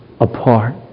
apart